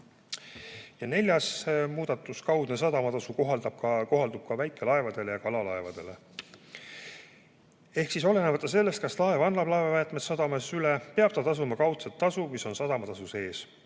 Neljas muudatus, kaudne sadamatasu kohaldub ka väikelaevadele ja kalalaevadele. Ehk siis olenemata sellest, kas laev annab laevajäätmed sadamas üle, peab ta tasuma kaudset tasu, mis on sadamatasu sees.